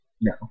No